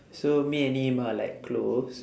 so me and him are like close